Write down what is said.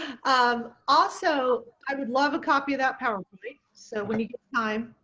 um also, i would love a copy of that powerpoint. so when you get time,